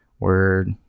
word